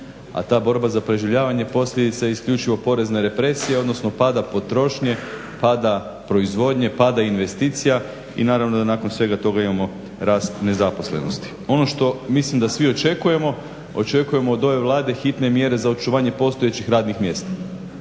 A ta borba za preživljavanje posljedica je isključivo porezne represije, odnosno pada potrošnje, pada proizvodnje, pada investicija i naravno da nakon svega toga imamo rast nezaposlenosti. Ono što mislim da svi očekujemo, očekujemo od ove Vlade hitne mjere za očuvanje postojećih radnih mjesta.